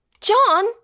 John